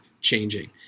changing